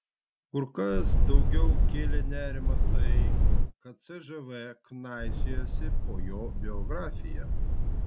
kur kas daugiau kėlė nerimą tai kad cžv knaisiojasi po jo biografiją